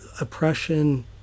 oppression